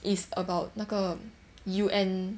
it's about 那个 U_N